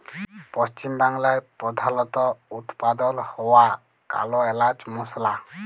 পশ্চিম বাংলায় প্রধালত উৎপাদল হ্য়ওয়া কাল এলাচ মসলা